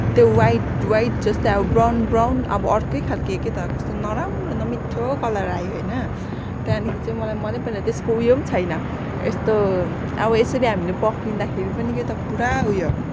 त्यो white white जस्तै अब ब्राउन ब्राउन अब अर्कै खालको के त कस्तो नराम्रो नमिठो कलर आयो होइन त्यहाँदेखि चाहिँ मलाई मनै परेन त्यसको उयो पनि छैन यस्तो अब यसरी हामीले पक्रिदाँखेरि पनि के त पुरा उयो